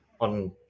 on